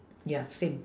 ya same